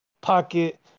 pocket